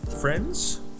Friends